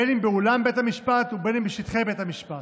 בין שבאולם בית המשפט ובין שבשטחי בית המשפט.